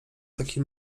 taki